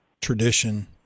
tradition